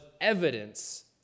evidence